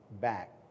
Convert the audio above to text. back